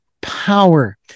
power